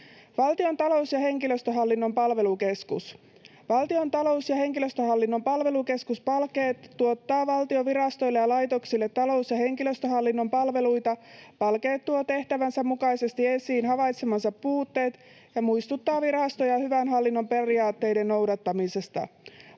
Valtion talous- ja henkilöstöhallinnon palvelukeskus: Valtion talous- ja henkilöstöhallinnon palvelukeskus Palkeet tuottaa valtion virastoille ja laitoksille talous- ja henkilöstöhallinnon palveluita. Palkeet tuo tehtävänsä mukaisesti esiin havaitsemansa puutteet ja muistuttaa virastoja hyvän hallinnon periaatteiden noudattamisesta.